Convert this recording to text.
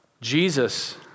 Jesus